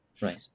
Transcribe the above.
Right